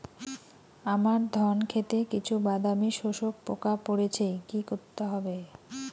আমার ধন খেতে কিছু বাদামী শোষক পোকা পড়েছে কি করতে হবে?